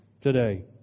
today